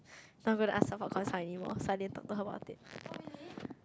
no i'm not gonna ask her for consult anymore so I didn't talk to her about it